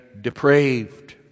depraved